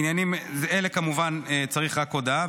בעניינים אלה צריך רק הודעה.